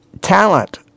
talent